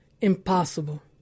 Impossible